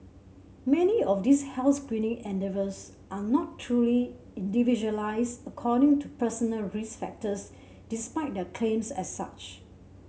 many of these health screening endeavours are not truly individualised according to personal risk factors despite their claims as such